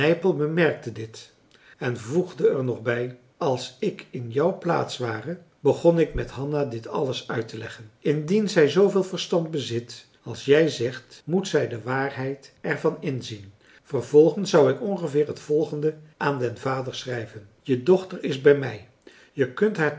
nypel bemerkte dit en voegde er nog bij als ik in jou plaats ware begon ik met hanna dit alles uitteleggen indien zij zooveel verstand bezit als jij zegt moet zij de waarheid er van inzien vervolgens zou ik ongeveer het volgende aan den vader schrijven je dochter is bij mij je kunt haar